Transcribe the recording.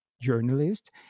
journalist